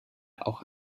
auch